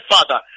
Father